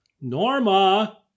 Norma